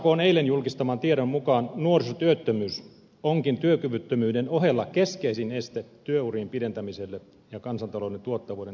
sakn eilen jul kistaman tiedon mukaan nuorisotyöttömyys onkin työkyvyttömyyden ohella keskeisin este työurien pidentämiselle ja kansantalouden tuottavuuden nostamiselle